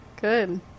good